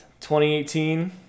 2018